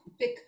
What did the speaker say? pick